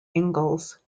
ingalls